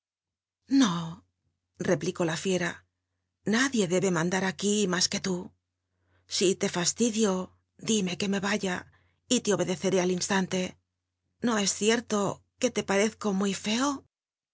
replicó la l icra nadie debe mandar aquí mas que tú si le fastidio dime que me yaya le obcdeccrc al instante no es cierto que le parezco muy feo